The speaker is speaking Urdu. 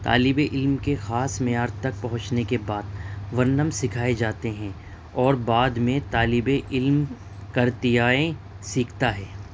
طالب علم کے خاص معیار تک پہنچنے کے بعد ورنم سکھائے جاتے ہیں اور بعد میں طالب علم کرتیائے سیکھتا ہے